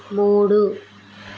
మూడు